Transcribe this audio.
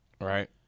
Right